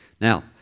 Now